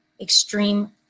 extreme